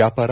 ವ್ಯಾಪಾರ